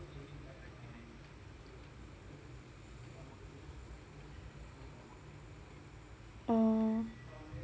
oh